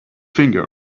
finger